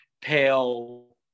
pale